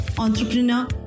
entrepreneur